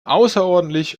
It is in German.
außerordentlich